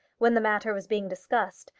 when the matter was being discussed,